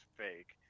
fake